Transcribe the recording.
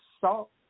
salt